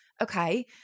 okay